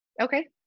Okay